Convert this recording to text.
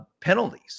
penalties